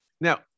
Now